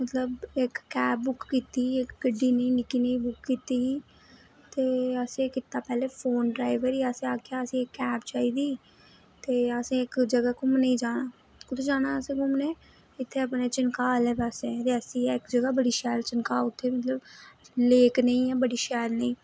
मतलब इक cab book कीती इक गड्डी निक्की नेही कीती ही ते असें कीता पैह्लें फोन ड्राइवर गी असें आखेआ असें ई कैब चाहिदी ते असें इक जगह् घूमने ई जाना कुत्थै जाना हा असें घूमने ई इत्थै अपने चिनकाह् आह्ले पास्सै रियासी ऐ इक जगह् बड़ी शैल चिनकाह् उत्थै मतलब लेक नेही ऐ बड़ी शैल नेही